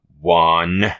one